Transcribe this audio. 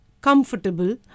comfortable